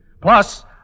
plus